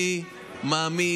אני מאמין